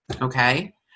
Okay